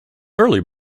early